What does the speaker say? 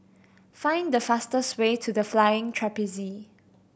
find the fastest way to The Flying Trapeze